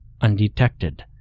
undetected